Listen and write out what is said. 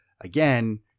again